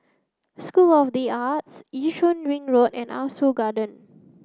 school of the Arts Yishun Ring Road and Ah Soo Garden